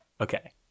Okay